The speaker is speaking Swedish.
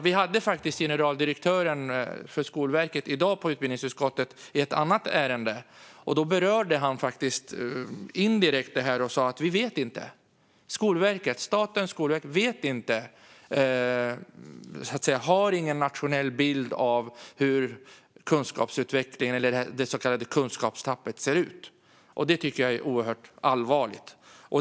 Vi hade generaldirektören för Skolverket hos oss i utbildningsutskottet i dag i ett annat ärende, och då berörde han detta indirekt. Han sa att man inte vet. Staten och Skolverket har ingen nationell bild av hur kunskapsutvecklingen och det så kallade kunskapstappet ser ut. Det tycker jag är oerhört allvarligt.